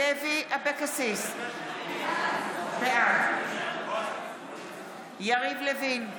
אבקסיס, בעד יריב לוין,